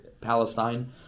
Palestine